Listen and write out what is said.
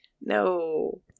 No